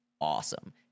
awesome